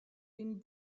been